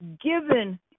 given